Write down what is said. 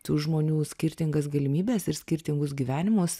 tų žmonių skirtingas galimybes ir skirtingus gyvenimus